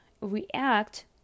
react